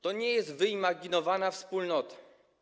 To nie jest wyimaginowana wspólnota.